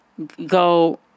go